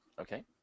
Okay